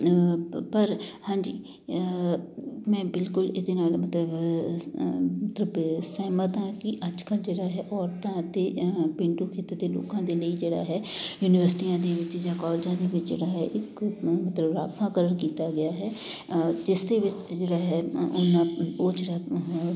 ਪ ਪਰ ਹਾਂਜੀ ਮੈਂ ਬਿਲਕੁਲ ਇਹਦੇ ਨਾਲ ਮਤਲਬ ਮਤਲਵ ਸਹਿਮਤ ਹਾਂ ਕਿ ਅੱਜ ਕੱਲ੍ਹ ਜਿਹੜਾ ਹੈ ਔਰਤਾਂ ਅਤੇ ਪੇਂਡੂ ਖੇਤਰ ਦੇ ਲੋਕਾਂ ਦੇ ਲਈ ਜਿਹੜਾ ਹੈ ਯੂਨੀਵਰਸਿਟੀਆਂ ਦੇ ਵਿੱਚ ਜਾਂ ਕੋਲਜਾਂ ਦੇ ਵਿੱਚ ਜਿਹੜਾ ਹੈ ਇੱਕ ਮਤਲਬ ਰਾਖਵਾਂਕਰਨ ਕੀਤਾ ਗਿਆ ਹੈ ਜਿਸ ਦੇ ਵਿੱਚ ਜਿਹੜਾ ਹੈ ਅ ਉਹਨਾਂ ਉਹ